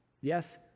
yes